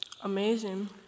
Amazing